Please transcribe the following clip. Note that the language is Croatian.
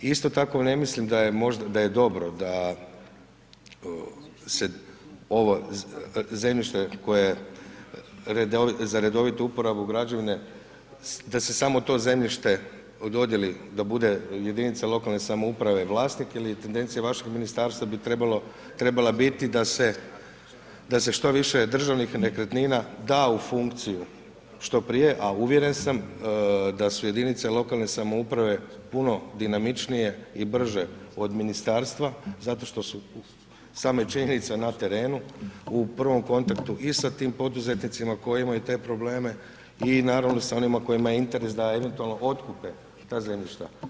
Isto tako ne mislim da je dobro da se ovo zemljište koje je za redovitu uporabu građevine, da se samo to zemljište o dodjeli da bude jedinica lokalne samouprave vlasnik ili tendencija vašeg ministarstva bi trebala biti da se što više državnih nekretnina da u funkciju što prije a uvjeren sam da su jedinice lokalne samouprave puno dinamičnije i brže od ministarstva zato što su samo je činjenica na terenu, u prvom kontaktu i sa tim poduzetnicima koji imaju te probleme i naravno sa onima kojima je interes da eventualno otkupe i ta zemljišta.